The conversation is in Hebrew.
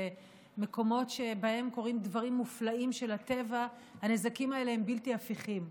למקומות שבהם קורים דברים מופלאים של הטבע הנזקים האלה הם בלתי הפיכים: